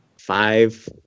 five